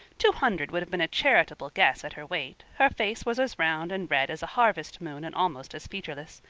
two hundred would have been a charitable guess at her weight her face was as round and red as a harvest-moon and almost as featureless.